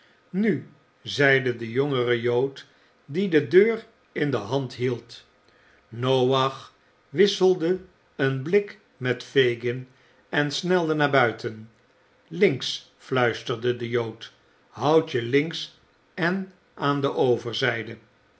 nu zeide de jongere jood die de deur in de hand hield noach wisselde een blik met fagin en snelde naar buiten links fluisterde de jood houd je links en aan de overzijde